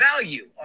value